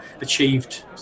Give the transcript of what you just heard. achieved